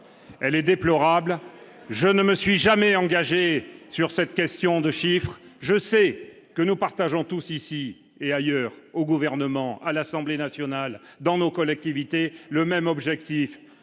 elle est déplorable, je ne me suis jamais engagé sur cette question de chiffres, je sais que nous partageons tous, ici et ailleurs au gouvernement à l'Assemblée nationale dans nos collectivités le même objectif,